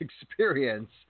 experience